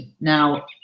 Now